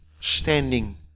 standing